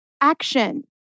action